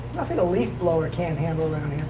nothing a leaf blower can't handle around here.